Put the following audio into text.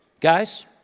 Guys